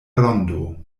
rondo